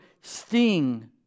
sting